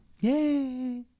Yay